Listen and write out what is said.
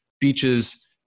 beaches